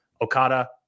Okada